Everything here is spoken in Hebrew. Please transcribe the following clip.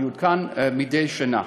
ויעודכן מדי שנה.